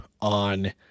on